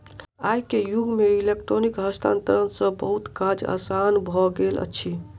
आई के युग में इलेक्ट्रॉनिक हस्तांतरण सॅ बहुत काज आसान भ गेल अछि